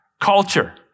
culture